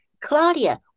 claudia